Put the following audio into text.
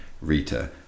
Rita